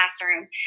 classroom